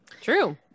True